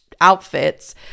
outfits